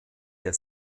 der